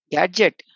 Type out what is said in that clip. gadget